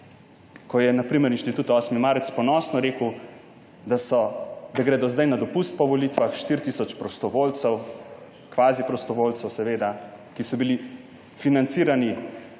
Ko je na primer Inštitut 8. marec ponosno rekel, da gredo zdaj na dopust po volitvah, 4 tisoč prostovoljcev, kvazi prostovoljcev, ki so bili financirani.